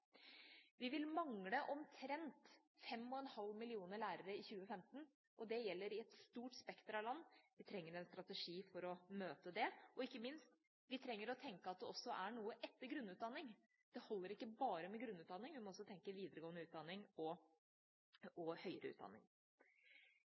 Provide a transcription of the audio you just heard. Vi vil mangle omtrent 5,5 millioner lærere i 2015, og det gjelder i et stort spekter av land. Vi trenger en strategi for å møte det – og ikke minst: Vi trenger å tenke at det også er noe etter grunnutdanning. Det holder ikke bare med grunnutdanning; vi må også tenke videregående utdanning og